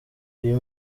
uyu